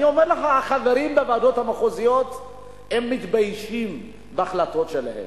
אני אומר לך שהחברים בוועדות המחוזיות מתביישים בהחלטות שלהם.